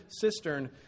cistern